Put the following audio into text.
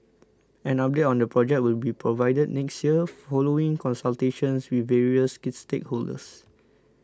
an update on the project will be provided next year following consultations with various stakeholders